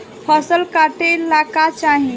फसल काटेला का चाही?